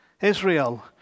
Israel